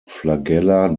flagella